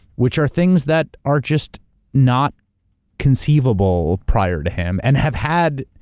which are things that are just not conceivable prior to him and have had.